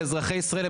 על אזרחי ישראל,